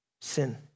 sin